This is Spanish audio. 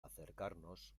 acercarnos